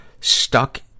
stuck